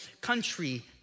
country